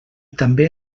també